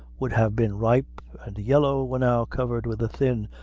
would have been ripe and yellow, were now covered with a thin,